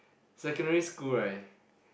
secondary school right